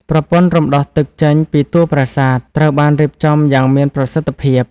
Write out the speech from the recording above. ប្រព័ន្ធរំដោះទឹកចេញពីតួប្រាសាទ ត្រូវបានរៀបចំយ៉ាងមានប្រសិទ្ធភាព។